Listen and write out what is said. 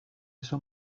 son